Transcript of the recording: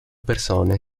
persone